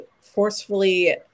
forcefully